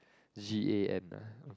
G_A_N ah